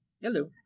hello